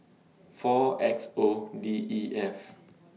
four X O D E F